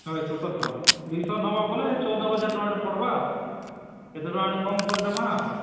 ହଏ ସତୁରି ଟଙ୍କା ଦୁଇଶହ ନବ ବୋଲେ ଚଉଦହଜାର ଟଙ୍କାଟେ ପଡ଼ବା ଆଉ କେତେ ଟଙ୍କା ଗୋଟେ କମ୍ କରିଦେମା ଆଉ